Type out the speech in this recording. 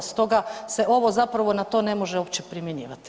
Stoga se ovo zapravo na to ne može uopće primjenjivati.